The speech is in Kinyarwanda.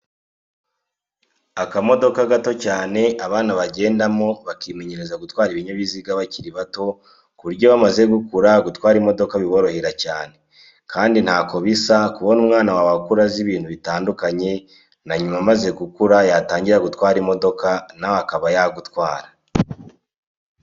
Akamodoka gato cyane abana bagendamo bakimenyereza gutwara ibinyabiziga bakiri bato ku buryo iyi bamaze gukura gutwara imodoka biborohera cyane, kandi ntako bisa kubona umwana wawe akura azi ibintu bitandukanye, na nyuma amaze gukura yatangira gutwara imodoka, nawe akaba yagutwara.